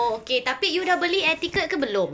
oh okay tapi you dah beli air ticket ke belum